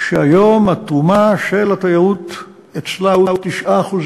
היום התרומה של התיירות אצלה היא 9%,